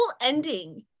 ending